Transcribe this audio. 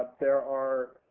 there are